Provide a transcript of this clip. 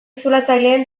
zulatzaileen